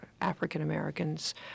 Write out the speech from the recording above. African-Americans